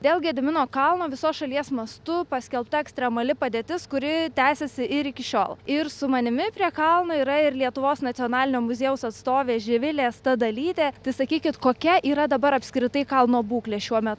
dėl gedimino kalno visos šalies mastu paskelbta ekstremali padėtis kuri tęsiasi ir iki šiol ir su manimi prie kalno yra ir lietuvos nacionalinio muziejaus atstovė živilė stadalytė tai sakykit kokia yra dabar apskritai kalno būklė šiuo metu